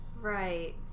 right